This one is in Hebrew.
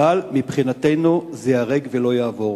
אבל מבחינתנו זה ייהרג ולא יעבור.